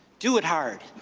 do it hard.